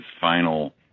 final